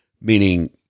meaning